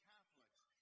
Catholics